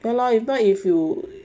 ya lor if not if you